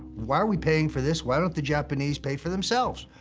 why are we paying for this? why don't the japanese pay for themselves?